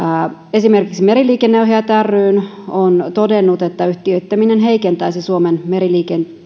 esimerkiksi meriliikenneohjaajat ry on todennut että yhtiöittäminen heikentäisi suomen meriliikenteen